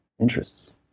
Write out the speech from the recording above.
interests